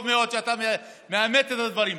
טוב מאוד שאתה מאמת את הדברים.